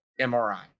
MRI